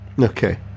Okay